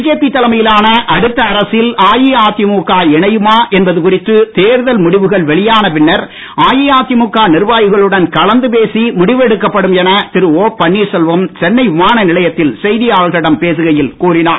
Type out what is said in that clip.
BJP தலைமையிலான அடுத்த அரசில் அஇஅதிமுக இணையுமா என்பது குறித்து தேர்தல் முடிவுகள் வெளியான பின்னர் அஇஅதிமுக நிர்வாகிகளுடன் கலந்து பேசி முடிவெடுக்கப்படும் திரு என செய்தியாளர்களிடம் பேசுகையில் கூறினார்